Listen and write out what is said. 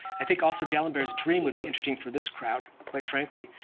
i think also, d'alembert's dream would be interesting for this crowd, quite frankly,